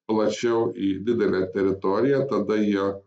plačiau į didelę teritoriją tada jie